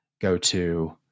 go-to